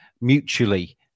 mutually